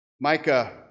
Micah